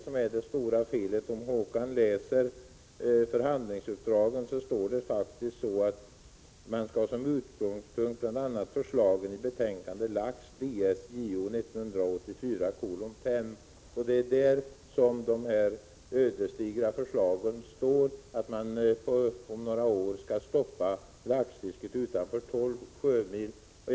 Om Håkan Strömberg läser förhand 14 maj 1986 lingsuppdragen finner han att det står att man skall ha som utgångspunkt bl.a. förslagen i betänkandet Lax, Ds Jo 1984:5. Det är där som de ödesdigra förslagen finns om att laxfisket om några år skall stoppas utanför 12 sjömil.